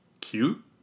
cute